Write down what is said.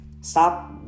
Stop